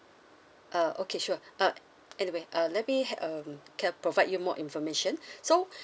uh okay sure uh anyway uh let me um can I provide you more information so